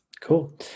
Cool